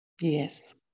Yes